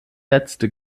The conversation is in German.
letzte